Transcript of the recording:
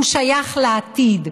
הוא שייך לעתיד,